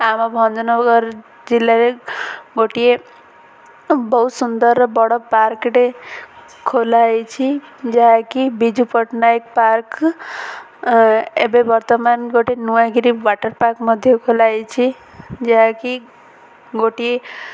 ଆମ ଭଞ୍ଜନଗର ଜିଲ୍ଲାରେ ଗୋଟିଏ ବହୁତ ସୁନ୍ଦରର ବଡ଼ ପାର୍କଟେ ଖୋଲା ହେଇଛି ଯାହାକି ବିଜୁ ପଟ୍ଟନାୟକ ପାର୍କ ଏବେ ବର୍ତ୍ତମାନ ଗୋଟେ ନୂଆାଗିରି ୱାଟର ପାର୍କ ମଧ୍ୟ ଖୋଲା ହେଇଛି ଯାହାକି ଗୋଟିଏ